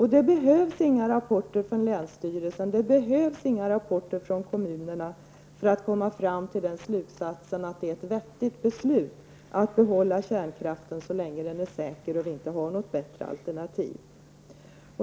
Det behövs inga rapporter från länsstyrelsen eller från kommunerna för att komma fram till slutsatsen att det är ett vettigt beslut att vi behåller kärnkraften så länge den är säker och så länge vi inte har något bättre alternativ.